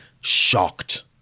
shocked